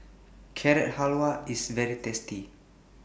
Carrot Halwa IS very tasty